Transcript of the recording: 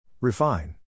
Refine